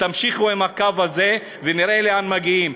תמשיכו עם הקו הזה ונראה לאן מגיעים.